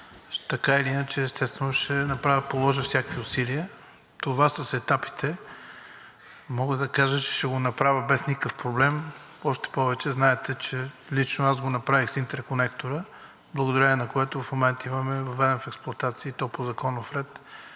така или иначе, естествено, ще положа всякакви усилия. Това с етапите, мога да кажа, че ще го направя без никакъв проблем, още повече знаете, че лично аз го направих с интерконектора, благодарение на което в момента имаме въведен в експлоатация, и то по законов ред,